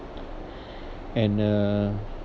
and uh